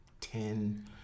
ten